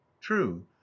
True